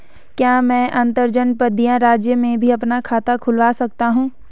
क्या मैं अंतर्जनपदीय राज्य में भी अपना खाता खुलवा सकता हूँ?